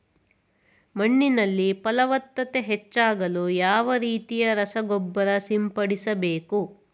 ಮಣ್ಣಿನಲ್ಲಿ ಫಲವತ್ತತೆ ಹೆಚ್ಚಾಗಲು ಯಾವ ರೀತಿಯ ರಸಗೊಬ್ಬರ ಸಿಂಪಡಿಸಬೇಕು?